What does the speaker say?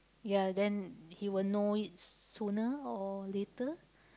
ya then he will know it sooner or later